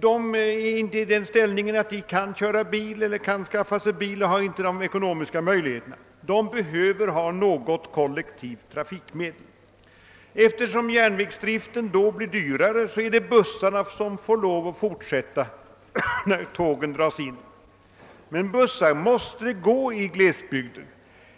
De är inte i den ställningen att de kan köra bil, och de har inte ekonomiska möjligheter att skaffa sig bil. De behöver ha något kollektivt trafikmedel. Eftersom järnvägsdriften blir dyrare och tågen dras in, är det bussarna som får fortsätta. Bussarna måste gå i glesbygden;